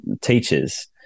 teachers